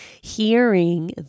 hearing